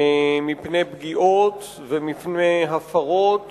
מפני פגיעות ומפני הפרות